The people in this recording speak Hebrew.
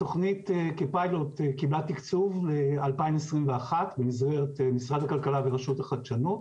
התכנית כפיילוט קיבלה תקצוב ל-2021 במסגרת משרד הכלכלה ורשות החדשנות